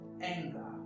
anger